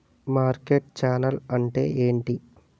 Market channel అంటే ఏంటి?